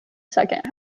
second